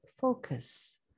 focus